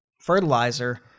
fertilizer